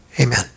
Amen